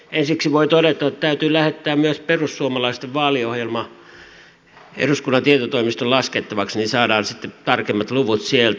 ensiksi voi todeta että täytyy lähettää myös perussuomalaisten vaaliohjelma eduskunnan tietotoimiston laskettavaksi niin saadaan sitten tarkemmat luvut sieltä